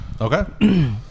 Okay